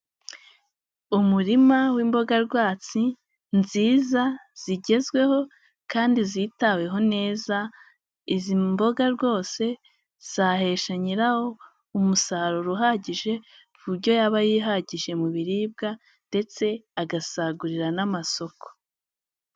Umurima w'imboga rwatsi nziza zigezweho kandi zitaweho neza izi mboga rwose zahesha nyirawo umusaruro uhagije ku buryo yaba yihagije mu biribwa ndetse agasagurira n'amasoko.